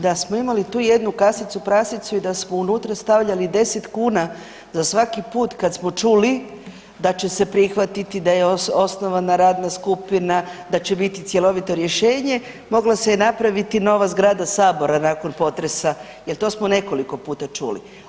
Da smo imali tu jednu kasicu prasicu i da smo unutra stavljali deset kuna za svaki put kad smo čuli da će se prihvatiti, da je osnovana radna skupina, da će biti cjelovito rješenje, mogla se je napraviti nova zgrada Sabora nakon potresa jel to smo nekoliko puta čuli.